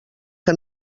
que